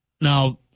Now